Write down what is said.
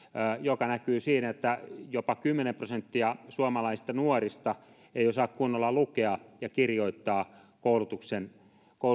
joka näkyy siinä että jopa kymmenen prosenttia suomalaisista nuorista ei osaa kunnolla lukea ja kirjoittaa